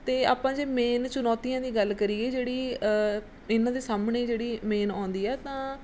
ਅਤੇ ਆਪਾਂ ਜੇ ਮੇਨ ਚੁਣੌਤੀਆਂ ਦੀ ਗੱਲ ਕਰੀਏ ਜਿਹੜੀ ਇਹਨਾਂ ਦੇ ਸਾਹਮਣੇ ਜਿਹੜੀ ਮੇਨ ਆਉਂਦੀ ਹੈ ਤਾਂ